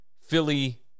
Philly